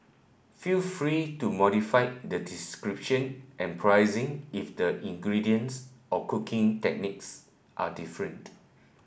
feel free to modify the description and pricing if the ingredients or cooking techniques are different